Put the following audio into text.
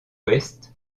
ouest